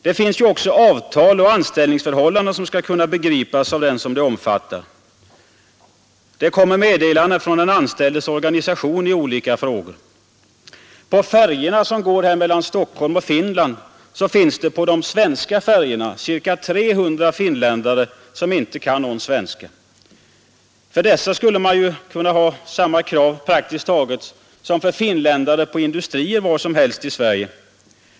Det finns ju också avtal och anställningsförhållanden som skall kunna begripas av den som de omfattar. Det kommer meddelanden från den anställdes organisation i olika frågor. På de svenska färjor som går mellan Stockholm och Finland finns ca 300 finländare som inte kan någon svenska. För dessa skulle man ju kunna ha praktiskt taget samma krav som för finländare på industrier var som helst i Sverige.